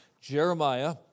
Jeremiah